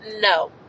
No